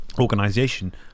organization